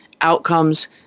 outcomes